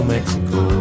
Mexico